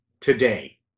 today